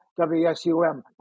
WSUM